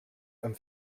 and